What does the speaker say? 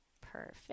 Perfect